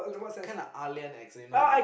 kinda ah-lian accent you know what I mean